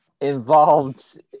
involved